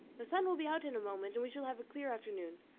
the sun will be out in a moment, and we shall have a clear afternoon.